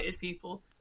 people